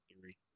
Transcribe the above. theory